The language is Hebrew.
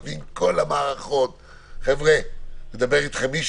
אני רוצה שגם משרד המשפטים מיכל,